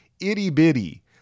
itty-bitty